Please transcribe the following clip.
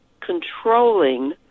controlling